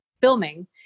filming